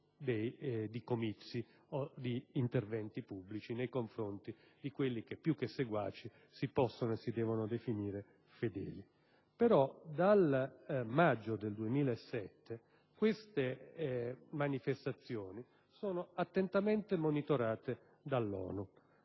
di comizi o di interventi pubblici nei confronti di quelli che più che seguaci si possono definire fedeli. Tuttavia, dal maggio 2007 queste manifestazioni sono attentamente monitorate dall'ONU.